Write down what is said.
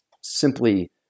simply